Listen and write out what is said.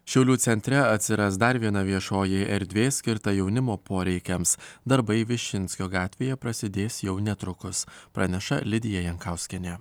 šiaulių centre atsiras dar viena viešoji erdvė skirta jaunimo poreikiams darbai višinskio gatvėje prasidės jau netrukus praneša lidija jankauskienė